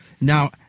Now